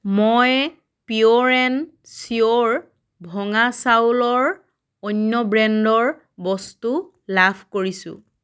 মই পিয়'ৰ এণ্ড ছিয়'ৰ ভঙা চাউলৰ অন্য ব্ৰেণ্ডৰ বস্তু লাভ কৰিছোঁ